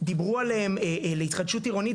שנתיים או שלוש דיברו שם על התחדשות עירונית,